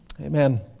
Amen